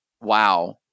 wow